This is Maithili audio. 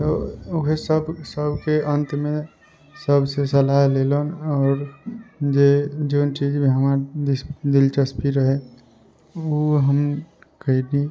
ओहे सभ सभके अन्तमे सभसँ सलाह लेलहुँ आओर जे चीजमे हमर दिलचस्पी रहै ओ हम कयली